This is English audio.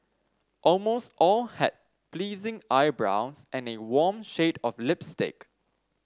almost all had pleasing eyebrows and a warm shade of lipstick